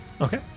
Okay